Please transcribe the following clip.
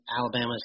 Alabama's